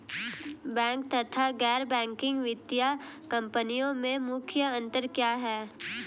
Bank तथा गैर banking वित्तीय कंपनियों में मुख्य अंतर क्या है?